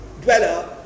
dweller